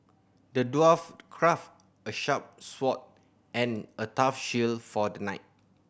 the dwarf crafted a sharp sword and a tough shield for the knight